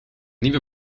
nieuwe